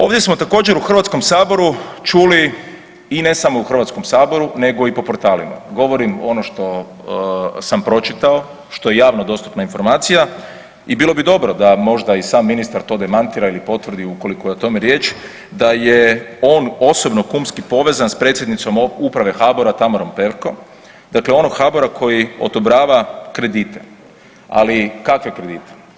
Ovdje smo također u HS čuli i ne samo u HS nego i po potralima, govorim ono što sam pročitao, što je javno dostupna informacija i bilo bi dobro da možda i sam ministar to demantira ili potvrdi ukoliko je o tome riječ da je on osobno kumski povezan s predsjednicom uprave HBOR-a Tamarom Perko, dakle onog HBOR-a koji odobrava kredite, ali kakve kredite?